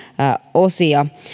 osia